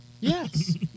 Yes